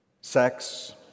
sex